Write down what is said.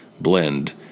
blend